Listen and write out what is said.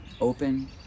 open